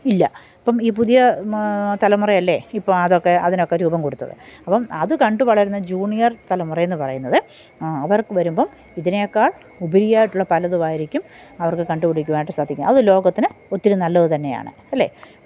ഇല്ല ഇപ്പം ഈ പുതിയ മ തലമുറയല്ലേ ഇപ്പം അതൊക്കെ അതിനൊക്കെ രൂപം കൊടുത്തത് അപ്പം അത് കണ്ട് വളരുന്ന ജൂനിയര് തലമുറ എന്ന് പറയുന്നത് അവര്ക്ക് വരുമ്പം ഇതിനേക്കാള് ഉപരിയായിട്ടുള്ള പലതുമായിരിക്കും അവര്ക്ക് കണ്ട് പിടിക്കുവാനായിട്ട് സാധിക്കുക അത് ലോകത്തിന് ഒത്തിരി നല്ലത് തന്നെയാണ് അല്ലേ